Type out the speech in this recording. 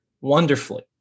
wonderfully